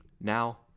Now